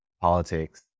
politics